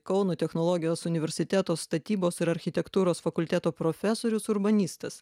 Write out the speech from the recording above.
kauno technologijos universiteto statybos ir architektūros fakulteto profesorius urbanistas